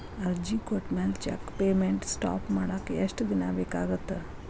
ಅರ್ಜಿ ಕೊಟ್ಮ್ಯಾಲೆ cheque payment stop ಮಾಡಾಕ ಎಷ್ಟ ದಿನಾ ಬೇಕಾಗತ್ತಾ